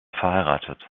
verheiratet